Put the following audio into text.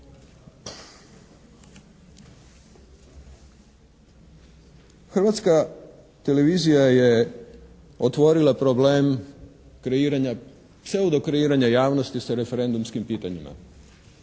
Hrvatska televizija je otvorila problem kreiranja, pseudo kreiranja javnosti sa referendumskim pitanjima